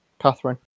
Catherine